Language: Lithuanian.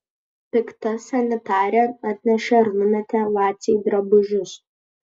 pikta sanitarė atnešė ir numetė vacei drabužius